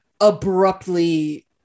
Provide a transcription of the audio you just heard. abruptly